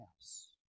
house